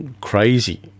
crazy